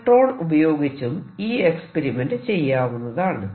electron ഉപയോഗിച്ചും ഈ experiment ചെയ്യാവുന്നതാണ്